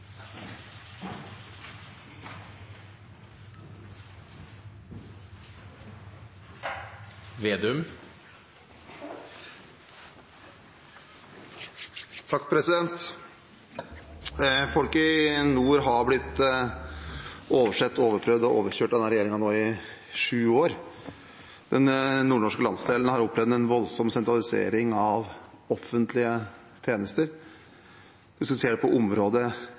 i nord har blitt oversett, overprøvd og overkjørt av denne regjeringen i sju år nå. Den nordnorske landsdelen har opplevd en voldsom sentralisering av offentlige tjenester, en ser det på område